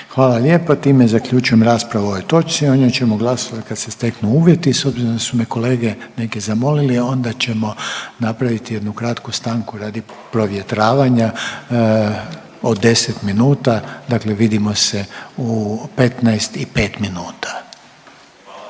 Hvala lijepa. Time zaključujem raspravu o ovoj točci. O njoj ćemo glasovati kad se steknu uvjeti. S obzirom da su me kolege neki zamolili, onda ćemo napraviti jednu kratku stanku radi provjetravanja od 10 minuta, dakle vidimo se u 15 i 5 minuta. STANKA